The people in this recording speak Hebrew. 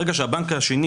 ברגע שהבנק השני,